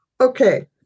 Okay